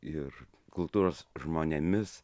ir kultūros žmonėmis